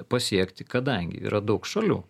pasiekti kadangi yra daug šalių